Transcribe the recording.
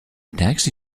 taxi